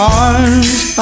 arms